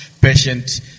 patient